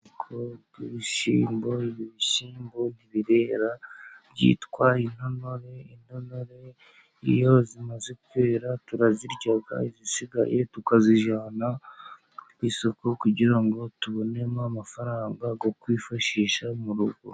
Ubwoko bw'bishyimbo, ibishyimbo ntibirera, byitwa intonore, indotore iyo zimaze kwera turazirya, izisigaye tukazijyana ku isoko, kugira ngo tubonemo amafaranga yo kwifashisha mu rugo.